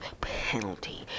penalty